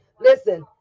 Listen